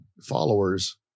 followers